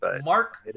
Mark